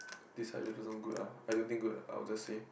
this Raju person good ah I don't think good I will just say